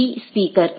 B speaker